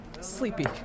Sleepy